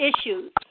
issues